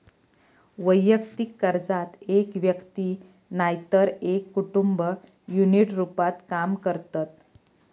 वैयक्तिक कर्जात एक व्यक्ती नायतर एक कुटुंब युनिट रूपात काम करतत